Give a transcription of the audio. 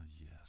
yes